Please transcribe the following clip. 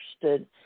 interested